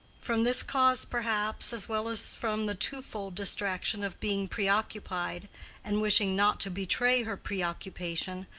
from this cause, perhaps, as well as from the twofold distraction of being preoccupied and wishing not to betray her preoccupation,